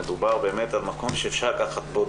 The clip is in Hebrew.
מדובר באמת על מקום שאפשר לקחת בו